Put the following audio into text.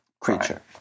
creature